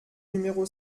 numéro